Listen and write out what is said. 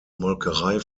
molkerei